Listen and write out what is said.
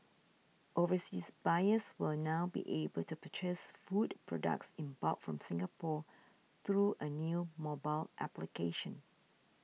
overseas buyers will now be able to purchase food products in bulk from Singapore through a new mobile application